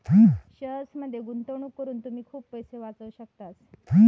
शेअर्समध्ये गुंतवणूक करून तुम्ही खूप पैसे वाचवू शकतास